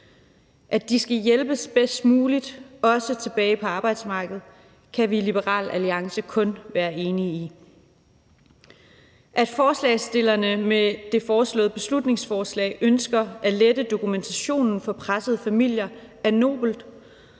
At de også skal hjælpes bedst muligt tilbage på arbejdsmarkedet, kan vi i Liberal Alliance kun være enige i. At forslagsstillerne med det fremsatte beslutningsforslag ønsker at lette dokumentationen for pressede familier, er nobelt,